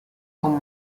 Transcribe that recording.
con